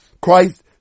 Christ